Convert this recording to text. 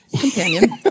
companion